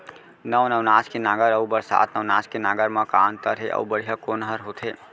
नौ नवनास के नांगर अऊ बरसात नवनास के नांगर मा का अन्तर हे अऊ बढ़िया कोन हर होथे?